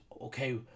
okay